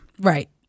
right